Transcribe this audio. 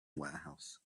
warehouse